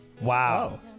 wow